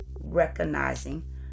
recognizing